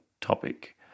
topic